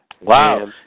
Wow